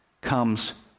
comes